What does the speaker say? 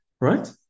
Right